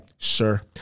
Sure